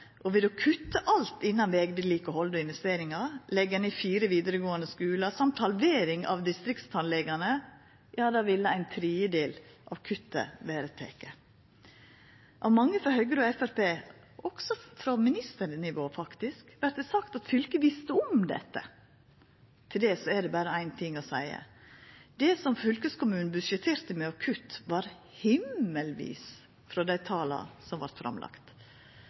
og ved å kutta alt innan vegvedlikehald og investeringar, leggja ned fire vidaregåande skular og halvera talet på distriktstannlegar vil ein tredjedel av kuttet vera teke. Av mange frå Høgre og Framstegspartiet, også frå ministernivå faktisk, vert det sagt at fylket visste om dette. Til det er det berre ein ting å seia: Det som fylkeskommunen budsjetterte med av kutt, var himmelvidt frå dei tala som vart